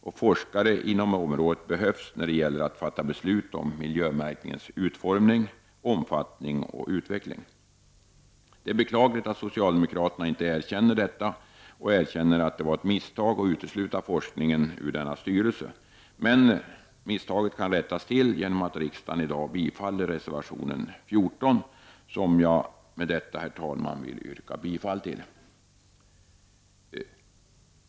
Och forskare inom området behövs när det gäller att fatta beslut om miljömärkningens utformning, omfattning och utveckling. Det är beklagligt att socialdemokraterna inte erkänner detta och att det var ett misstag att utesluta forskningen ur denna styrelse. Men misstaget kan rättas till genom att riksdagen i dag bifaller reservation 14, som jag, herr talman, yrkar bifall till.